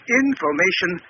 information